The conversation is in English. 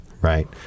right